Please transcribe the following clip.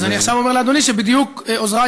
אז אני עכשיו אומר לאדוני שבדיוק עוזריי